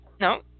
no